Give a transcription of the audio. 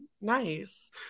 nice